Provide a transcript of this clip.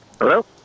Hello